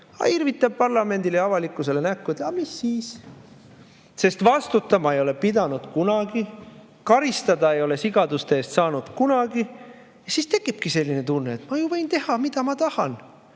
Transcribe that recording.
irvitab parlamendile ja avalikkusele näkku: "Aga mis siis?" Sest vastutama ei ole pidanud kunagi, karistada ei ole sigaduste eest saanud kunagi. Siis tekibki selline tunne, et ma võin teha, mida ma tahan,